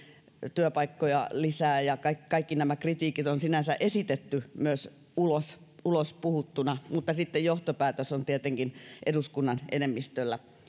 työpaikkoja lisää ja kaikki nämä kritiikit on sinänsä esitetty myös ulos ulos puhuttuna mutta sitten johtopäätös on tietenkin eduskunnan enemmistöllä